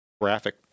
graphic